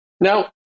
Now